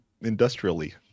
industrially